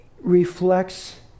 reflects